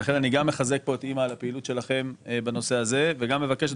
לכן אני גם מחזק פה את א.מ.א על הפעילות שלכם בנושא הזה וגם מבקש,